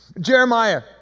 Jeremiah